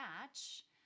match